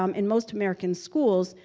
um in most american schools,